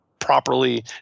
properly